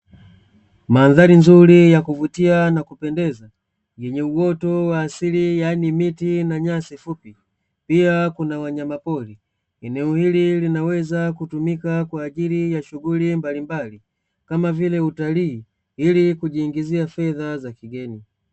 Mandhari nzuri ya kuvutia na kupendeza yenye uoto wa asili yaani miti na nyasi fupi, pia kuna wanyamapori eneo hili linaweza kutumika kwa ajili ya shughuli mbalimbali kama vile utalii ili kujiingizia fedha za kigeni.